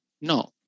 no